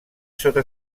sota